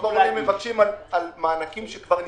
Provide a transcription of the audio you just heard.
לא ברור אם הם מבקשים מענקים שכבר נסגרו,